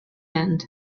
end